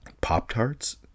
Pop-Tarts